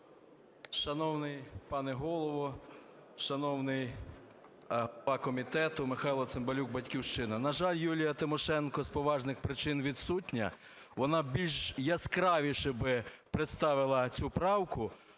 Шановний пане Голово, шановний голова комітету! Михайло Цимбалюк, "Батьківщина". На жаль, Юлія Тимошенко з поважних причин відсутня, вона більш яскравіше би представила цю правку,